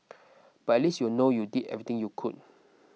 but least you'll know you did everything you could